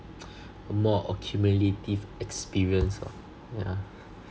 a more accumulative experience lor yeah